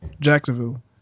Jacksonville